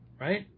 Right